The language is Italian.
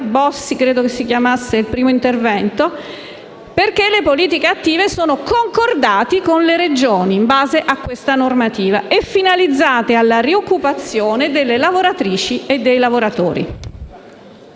il mio collega della Lega, Simone Bossi, perché le politiche attive sono concordate con le Regioni in base a questa normativa e finalizzate alla rioccupazione delle lavoratrici e dei lavoratori.